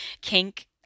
kink